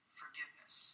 forgiveness